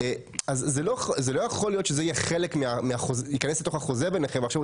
זה לא יכול להיות שזה יכנס לתוך החוזה ביניכם ועכשיו הוא